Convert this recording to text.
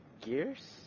gears